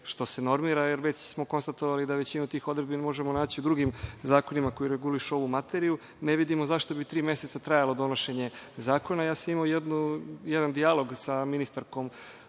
što se normira, jer već smo konstatovali da većinu tih odredbi možemo naći u drugim zakonima koji regulišu ovu materiju. Ne vidimo zašto bi tri meseca trajalo donošenje zakona. Ja sam imao jedan dijalog sa ministarkom